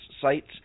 sites